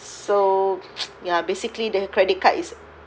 so ya basically the credit card is